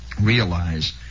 realize